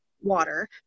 water